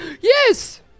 Yes